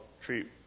treat